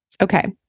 Okay